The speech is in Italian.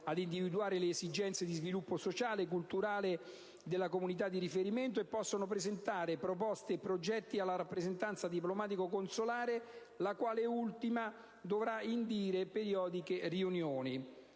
ad individuare le esigenze di sviluppo sociale, culturale della comunità di riferimento e possono presentare proposte e progetti alla rappresentanza diplomatico-consolare, la quale ultima dovrà indire periodiche riunioni.